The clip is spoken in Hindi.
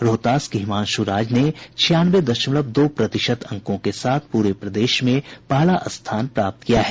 रोहतास के हिमांशु राज ने छियानवे दशमलव दो प्रतिशत अंकों के साथ पूरे प्रदेश में प्रथम स्थान प्राप्त किया है